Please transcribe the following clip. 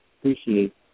appreciate